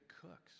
cooks